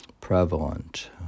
prevalent